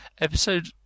episode